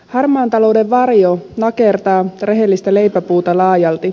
harmaan talouden varjo nakertaa rehellistä leipäpuuta laajalti